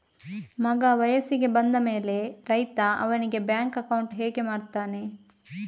ಮಗ ವಯಸ್ಸಿಗೆ ಬಂದ ಮೇಲೆ ರೈತ ಅವನಿಗೆ ಬ್ಯಾಂಕ್ ಅಕೌಂಟ್ ಹೇಗೆ ಮಾಡ್ತಾನೆ?